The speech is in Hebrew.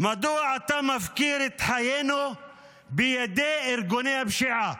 מדוע אתה מפקיר את חיינו בידי ארגוני הפשיעה?